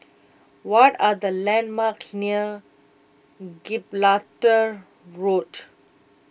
what are the landmarks near Gibraltar Road